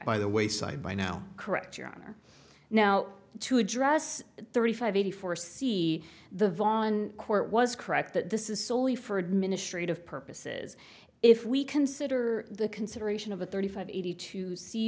by the way side by now correct your honor now to address thirty five eighty four see the von court was correct that this is soley for administrative purposes if we consider the consideration of a thirty five eighty two c